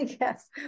Yes